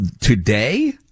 today